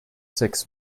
six